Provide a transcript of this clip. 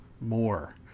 more